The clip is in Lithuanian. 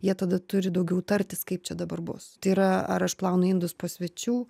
jie tada turi daugiau tartis kaip čia dabar bus tai yra ar aš plaunu indus po svečių